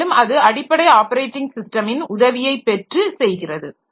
மேலும் அது அடிப்படை ஆப்பரேட்டிங் ஸிஸ்டமின் உதவியை பெற்று செய்கிறது